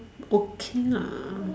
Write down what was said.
okay lah